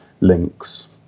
links